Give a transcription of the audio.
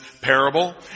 parable